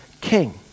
king